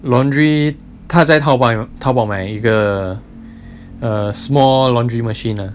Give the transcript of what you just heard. laundry 他在淘宝淘宝买一个 err small laundry machine lah